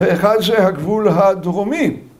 ואחד שהגבול הדרומי